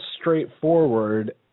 straightforward